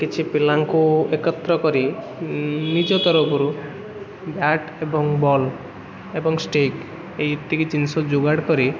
କିଛି ପିଲାଙ୍କୁ ଏକତ୍ର କରି ନିଜ ତରଫରୁ ବ୍ୟାଟ୍ ଏବଂ ବଲ୍ ଏବଂ ଷ୍ଟିକ୍ ଏଇ ଏତିକି ଜିନିଷ ଯୋଗାଡ଼ କରି